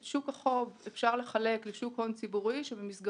את שוק החוב אפשר לחלק לשוק הון ציבורי שבמסגרתו